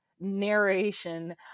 narration